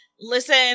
listen